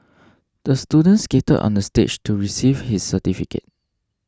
the student skated onto the stage to receive his certificate